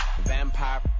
Vampire